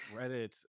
Reddit